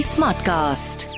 Smartcast